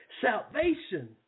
salvation